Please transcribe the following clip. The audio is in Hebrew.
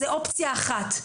זו אופציה אחת,